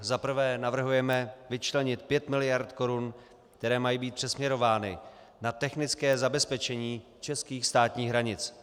Za prvé navrhujeme vyčlenit 5 mld. korun, které mají být přesměrovány na technické zabezpečení českých státních hranic.